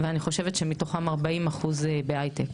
ואני חושבת שמתוכן 40% בהייטק.